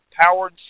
powered